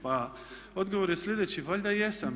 Pa odgovor je sljedeći, valjda jesam.